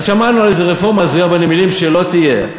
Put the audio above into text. אז שמענו על איזה רפורמה הזויה בנמלים, שלא תהיה.